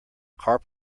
car